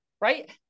right